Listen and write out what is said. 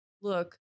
look